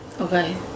okay